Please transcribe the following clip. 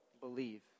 believe